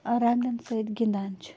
رنگن سۭتۍ گِنٛدان چھِ